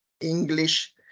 English